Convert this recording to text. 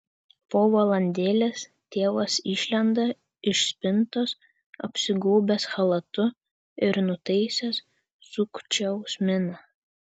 po valandėlės tėvas išlenda iš spintos apsigaubęs chalatu ir nutaisęs sukčiaus miną